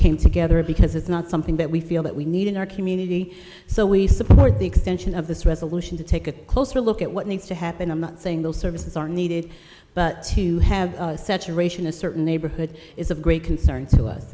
came together because it's not something that we feel that we need in our community so we support the extension of this resolution to take a closer look at what needs to happen i'm not saying those services are needed but have saturation a certain neighborhood is of great concern to us